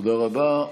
תודה רבה.